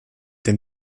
den